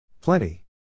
Plenty